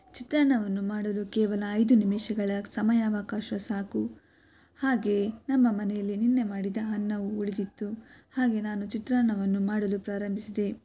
ಚಿತ್ರಾನ್ನವನ್ನು ಮಾಡಲು ಕೇವಲ ಐದು ನಿಮಿಷಗಳ ಸಮಯಾವಕಾಶ ಸಾಕು ಹಾಗೆ ನಮ್ಮ ಮನೆಯಲ್ಲಿ ನಿನ್ನೆ ಮಾಡಿದ ಅನ್ನವು ಉಳಿದಿತ್ತು ಹಾಗೆ ನಾನು ಚಿತ್ರಾನ್ನವನ್ನು ಮಾಡಲು ಪ್ರಾರಂಭಿಸಿದೆ